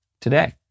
today